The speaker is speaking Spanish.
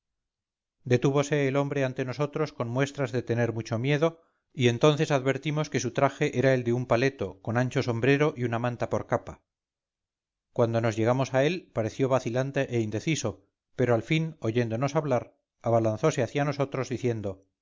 persecución detúvose el hombre ante nosotros con muestras de tener mucho miedo y entonces advertimos que su traje era el de un paleto con ancho sombrero y una manta por capa cuando nos llegábamos a él pareció vacilante e indeciso pero al fin oyéndonos hablar abalanzose hacia nosotros diciendo